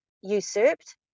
usurped